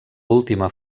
última